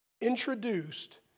introduced